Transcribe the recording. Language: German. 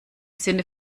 sinne